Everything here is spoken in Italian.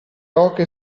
oche